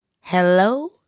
Hello